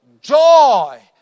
joy